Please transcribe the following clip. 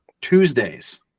Tuesdays